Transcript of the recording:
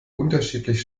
unterschiedlich